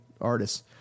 artists